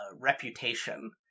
reputation